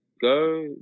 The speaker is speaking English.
go